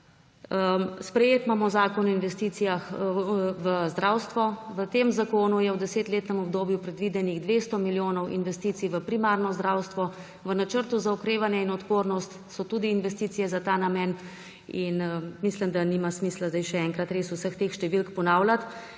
Sprejet imamo zakon o investicijah v zdravstvo. V tem zakonu je v 10-letnem obdobju predvidenih 200 milijonov investicij v primarno zdravstvo. V Načrtu za okrevanje in odpornost so tudi investicije za ta namen in mislim, da nima smisla zdaj še enkrat vseh teh številk ponavljati.